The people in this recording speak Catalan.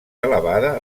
elevada